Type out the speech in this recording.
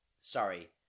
Sorry